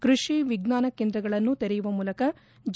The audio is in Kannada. ಕೃಷಿ ವಿಜ್ಞಾನ ಕೇಂದ್ರಗಳನ್ನು ತೆರೆಯುವ ಮೂಲಕ ಜೆ